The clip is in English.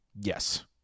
Yes